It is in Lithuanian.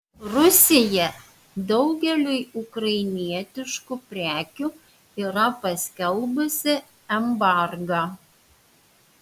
rusija daugeliui ukrainietiškų prekių yra paskelbusi embargą